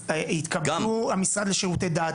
אז יתכבדו המשרד לשירותי דת,